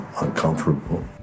uncomfortable